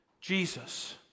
Jesus